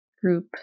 group